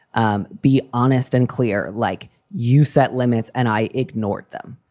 um be honest and clear like you set limits and i ignored them.